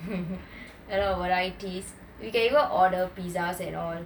and a lot of varieties you can even order pizzas and all